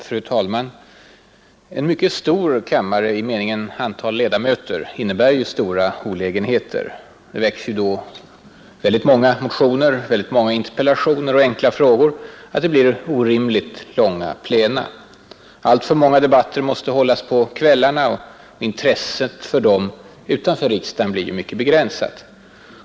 Fru talman! En mycket stor kammare i meningen antal ledamöter innebär väsentliga olägenheter. Det väcks då så många motioner, interpellationer och enkla frågor att det blir orimligt långa plena. Alltför många debatter måste hållas på kvällarna och intresset för dem utanför riksdagen blir mycket begränsat.